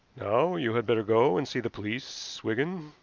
now you had better go and see the police, wigan.